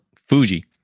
Fuji